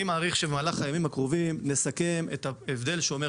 אני מעריך שבמהלך הימים הקרובים נסכם ככה: